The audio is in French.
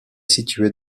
située